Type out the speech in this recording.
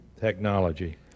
technology